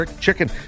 chicken